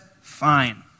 fine